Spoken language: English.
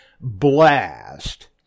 blast